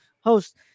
host